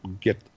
get